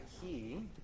key